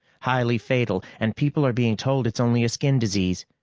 highly fatal. and people are being told it's only a skin disease.